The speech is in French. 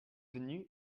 venu